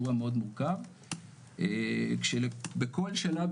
אירוע מאוד מורכב כשבכל שלב,